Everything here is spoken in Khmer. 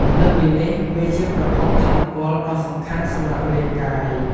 លើសពីនេះ វាជាប្រភពថាមពលដ៏សំខាន់សម្រាប់រាងកាយ។